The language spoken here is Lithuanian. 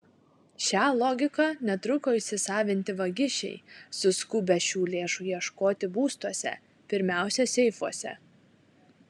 šią logiką netruko įsisavinti vagišiai suskubę šių lėšų ieškoti būstuose pirmiausia seifuose